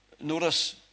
Notice